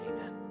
Amen